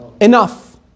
Enough